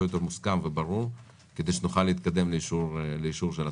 יותר מוסכם וברור כדי שנוכל להתקדם לאישור הצו.